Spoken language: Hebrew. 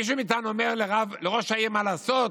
מישהו מאיתנו אומר לראש העיר מה לעשות,